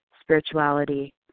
spirituality